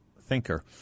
thinker